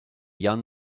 jan